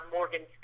Morgan